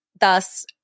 thus